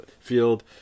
field